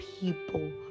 people